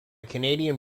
canadian